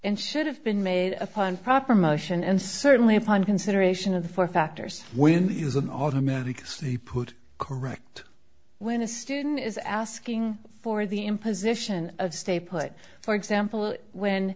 and should have been made upon proper motion and certainly upon consideration of the four factors when he was an automatic c put correct when a student is asking for the imposition of stay put for example when